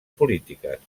polítiques